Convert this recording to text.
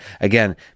again